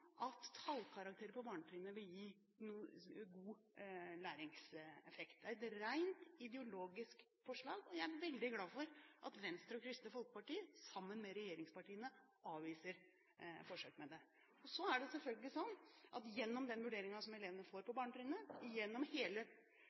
at tallkarakterer på barnetrinnet vil gi god læringseffekt. Det er et rent ideologisk forslag, og jeg er veldig glad for at Venstre og Kristelig Folkeparti, sammen med regjeringspartiene, avviser forsøk med det. Så er det selvfølgelig slik at gjennom den vurderingen som elevene får på barnetrinnet , gjennom